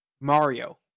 mario